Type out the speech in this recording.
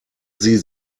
sie